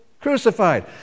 crucified